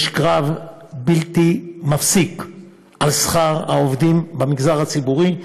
יש קרב בלתי פוסק על שכר העובדים במגזר הציבורי.